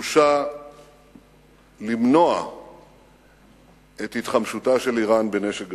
נחושה למנוע את התחמשותה של אירן בנשק גרעיני.